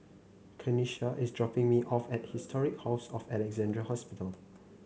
Kanisha is dropping me off at Historic House of Alexandra Hospital